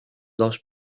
daos